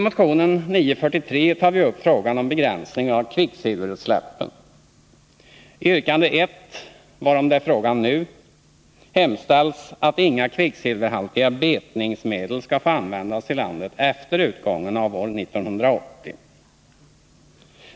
I motion 943 tar vi upp frågan om begränsning av kvicksilverutsläppen. I yrkande 1, varom det är fråga nu, hemställs att inga kvicksilverhaltiga betningsmedel skall få användas i landet efter utgången av år 1980.